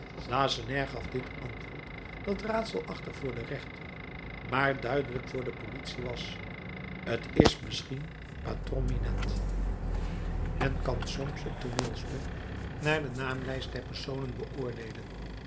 lacenaire gaf dit antwoord dat raadselachtig voor den rechter maar duidelijk voor de politie was t is misschien patron minette men kan soms een tooneelstuk naar de naamlijst der personen beoordeelen